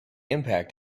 impact